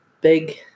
big